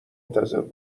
منتظرت